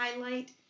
highlight